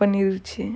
பண்ணிருச்சு:panniruchu